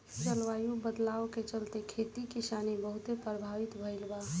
जलवायु बदलाव के चलते, खेती किसानी बहुते प्रभावित भईल बा